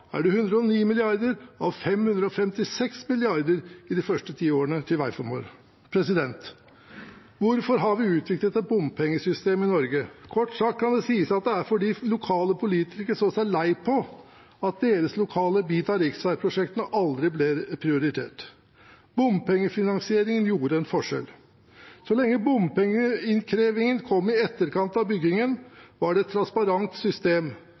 plan er 109 mrd. kr av 556 mrd. kr i de første ti årene til veiformål. Hvorfor har vi utviklet et bompengesystem i Norge? Kort sagt kan det sies at det er fordi lokale politikere så seg lei på at deres lokale bit av riksveiprosjektene aldri ble prioritert. Bompengefinansieringen gjorde en forskjell. Så lenge bompengeinnkrevingen kom i etterkant av byggingen, var det et transparent system.